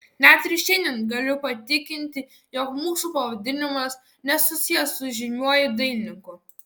net ir šiandien galiu patikinti jog mūsų pavadinimas nesusijęs su žymiuoju dailininku